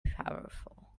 powerful